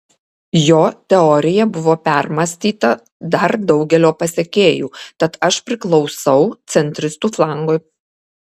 jo teorija buvo permąstyta dar daugelio pasekėjų tad aš priklausau centristų flangui